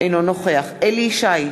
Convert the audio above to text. אינו נוכח אליהו ישי,